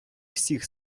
всіх